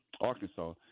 Arkansas